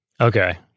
Okay